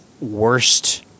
worst